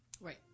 Right